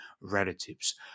relatives